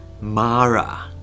Mara